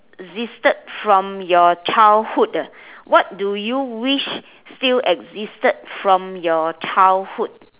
existed from your childhood ah what do you wish still existed from your childhood